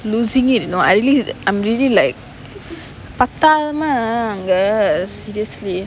losing it you know I really I'm really like பத்தாம அங்க:pathaama anga like seriously